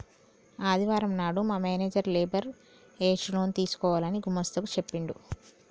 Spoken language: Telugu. ఆదివారం నాడు మా మేనేజర్ లేబర్ ఏజ్ లోన్ తీసుకోవాలని గుమస్తా కు చెప్పిండు